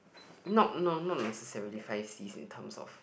not no not necessarily five Cs in terms of